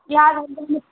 बिहारमे